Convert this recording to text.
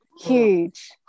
huge